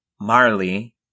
marley